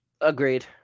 Agreed